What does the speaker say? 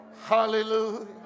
Hallelujah